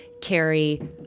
carry